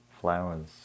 flowers